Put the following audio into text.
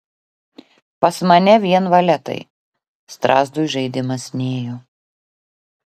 pas mane vien valetai strazdui žaidimas nėjo